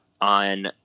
on